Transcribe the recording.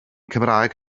cymraeg